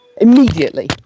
immediately